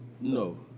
No